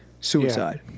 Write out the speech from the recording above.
suicide